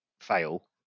fail